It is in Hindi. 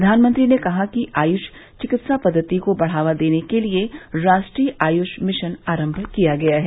प्रधानमंत्री ने कहा कि आयुष चिकित्सा पद्वति को बढावा देने के लिए राष्ट्रीय आयुष मिशन आरंभ किया गया है